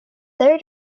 there